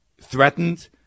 threatened